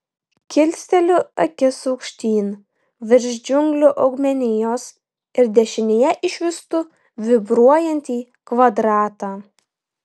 kilsteliu akis aukštyn virš džiunglių augmenijos ir dešinėje išvystu vibruojantį kvadratą